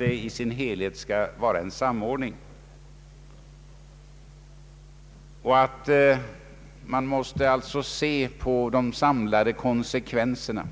i dess helhet skall samordnas. Man måste alltså se på de samlade konsekvenserna.